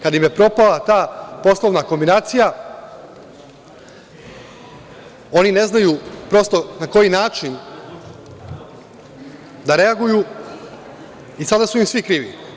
Kad im je propala ta poslovna kombinacija, oni ne znaju prosto na koji način da reaguju i sada su im svi krivi.